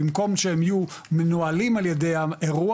במקום שהם יהיו מנוהלים על ידי האירוע,